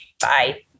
bye